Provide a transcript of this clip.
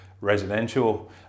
residential